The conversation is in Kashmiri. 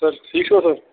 سر ٹھیٖک چھِو حظ سر